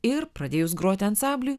ir pradėjus groti ansambliui